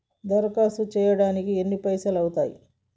దరఖాస్తు చేయడానికి ఎన్ని పైసలు అవుతయీ?